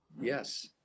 Yes